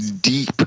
deep